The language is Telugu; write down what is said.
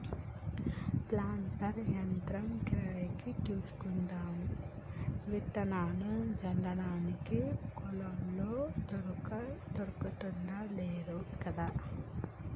ప్లాంటర్ యంత్రం కిరాయికి తీసుకుందాం విత్తనాలు జల్లడానికి కూలోళ్లు దొర్కుతలేరు కదా